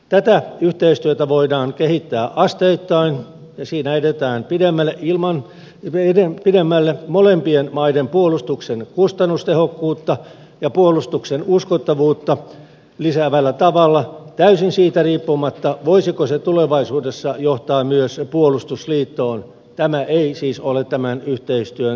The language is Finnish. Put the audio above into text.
tätä yhteistyötä voidaan kehittää asteittain ja siinä edetään pidemmälle molempien maiden puolustuksen kustannustehokkuutta ja puolustuksen uskottavuutta lisäävällä tavalla täysin siitä riippumatta voisiko se tulevaisuudessa johtaa myös puolustusliittoon tämä ei siis ole tämän yhteistyön lähtökohtana